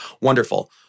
Wonderful